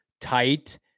tight